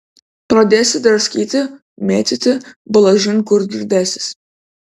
pradėsi draskyti mėtyti balažin kur girdėsis